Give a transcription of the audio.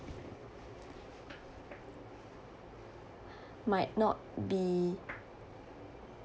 might not be